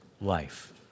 life